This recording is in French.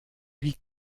huit